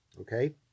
okay